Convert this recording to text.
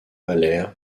mahler